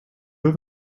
have